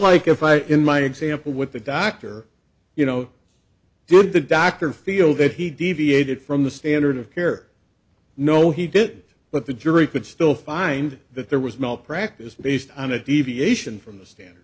fight in my example with the doctor you know did the doctor feel that he deviated from the standard of care no he did but the jury could still find that there was malpractise based on a deviation from the stand